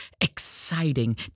exciting